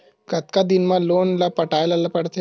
कतका दिन मा लोन ला पटाय ला पढ़ते?